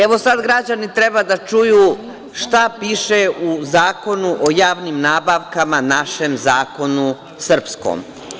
Evo, sada građani treba da čuju šta piše u Zakonu o javnim nabavkama, našem zakonu srpskom.